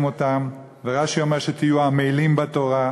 אתם" ורש"י אומר: שתהיו עמלים בתורה,